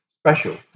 special